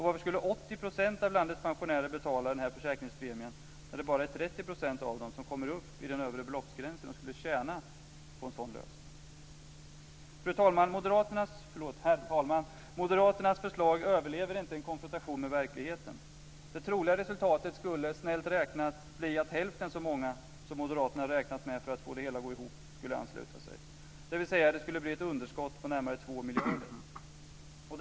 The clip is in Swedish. Varför skulle 80 % av landets pensionärer betala denna försäkringspremie när det bara är 30 % av dem som kommer upp i den övre beloppsgränsen och skulle tjäna på en sådan lösning? Herr talman! Moderaternas förslag överlever inte en konfrontation med verkligheten. Det troliga resultatet skulle, snällt räknat, bli att hälften så många som moderaterna räknat med för att få det hela att gå ihop skulle ansluta sig. Det skulle bli ett underskott på närmare 2 miljarder.